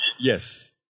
Yes